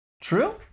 True